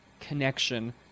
connection